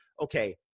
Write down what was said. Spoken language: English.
okay